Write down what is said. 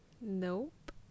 Nope